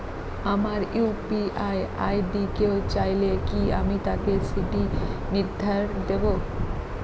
আমার UPI ID কেউ চাইলে কি আমি তাকে সেটি নির্দ্বিধায় দেব?